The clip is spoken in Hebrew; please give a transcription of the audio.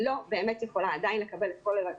היא באמת עדיין לא יכולה לקבל את כל הלקויות.